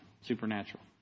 supernatural